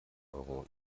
euro